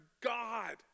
God